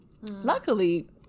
Luckily